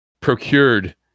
procured